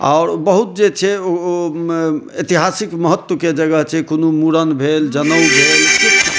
आओर बहुत जे छै ओ एतिहासिक महत्वके जगह छै कोनो मुरन भेल जनेउ भेल